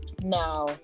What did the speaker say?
Now